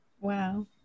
wow